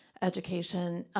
education.